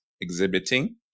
exhibiting